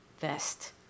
vest